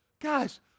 Guys